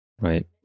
Right